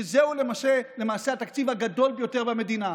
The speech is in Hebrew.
שזהו למעשה התקציב הגדול ביותר במדינה.